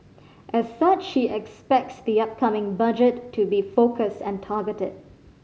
as such he expects the upcoming budget to be focused and targeted